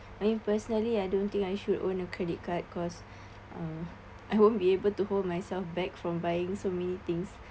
I mean personally I don't think I should own a credit card cause (um)I won't be able to hold myself back from buying so many things